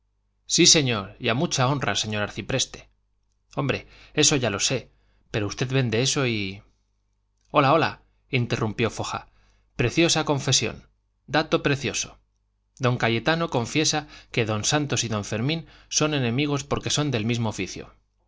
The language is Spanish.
sí señor y a mucha honra señor arcipreste hombre eso ya lo sé pero usted vende eso y hola hola interrumpió foja preciosa confesión dato precioso don cayetano confiesa que don santos y don fermín son enemigos porque son del mismo oficio